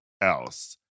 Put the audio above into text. else